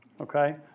Okay